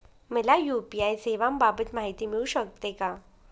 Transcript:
मला यू.पी.आय सेवांबाबत माहिती मिळू शकते का?